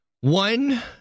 one